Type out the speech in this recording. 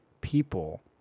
people